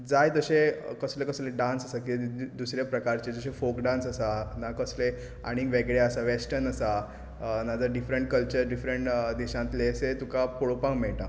जाय तशे कसले कसले डान्स आसा कितें ते दुसऱ्या प्रकारचे जशे फोक डान्स आसा ना कसले आनी वेगळे वेसटर्न आसा नाजाल्यार डिफरंट कल्चर डिफरंट देशांतले अशे तुका पळोवपाक मेळटा